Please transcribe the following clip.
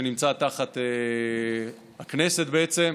שנמצא תחת הכנסת בעצם,